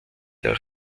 der